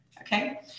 Okay